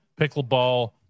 pickleball